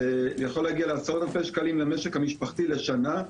זה יכול להגיע לעשרות אלפי שקלים למשק המשפחתי לשנה,